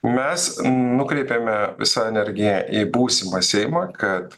mes nukreipiame visą energiją į būsimą seimą kad